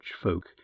folk